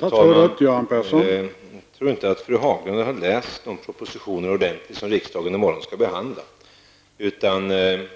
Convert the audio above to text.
Herr talman! Jag tror inte att fru Haglund ordentligt har läst de propositioner vilkas förslag riksdagen i morgon skall behandla. Om fru